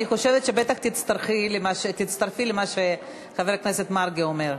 אני חושבת שבטח תצטרפי למה שחבר הכנסת מרגי אומר.